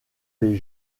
des